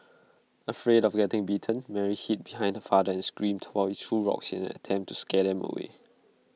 afraid of getting bitten Mary hid behind her father and screamed while he threw rocks in an attempt to scare them away